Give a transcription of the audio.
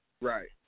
right